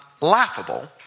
laughable